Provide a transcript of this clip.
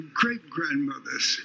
great-grandmothers